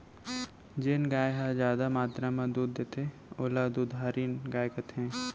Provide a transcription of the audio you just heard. जेन गाय ह जादा मातरा म दूद देथे ओला दुधारिन गाय कथें